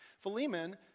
Philemon